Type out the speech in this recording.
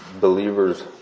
believers